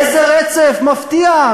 איזה רצף מפתיע,